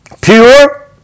pure